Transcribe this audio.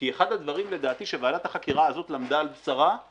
כי אחד הדברים לדעתי שוועדת החקירה הזאת למדה על בשרה הוא